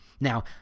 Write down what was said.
Now